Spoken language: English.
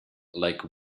like